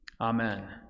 amen